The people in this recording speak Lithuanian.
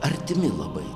artimi labai